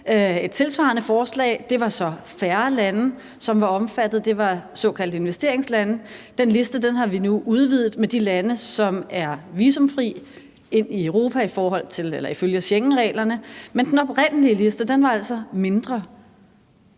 et tilsvarende forslag. Det var så færre lande, som var omfattet, nemlig de såkaldte investeringslande. Den liste har vi nu udvidet med de lande, som er visumfri ind i Europa ifølge Schengenreglerne, men den oprindelige liste var altså mindre.